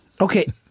Okay